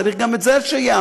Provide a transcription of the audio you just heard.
צריך שגם זה ייאמר: